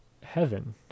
heaven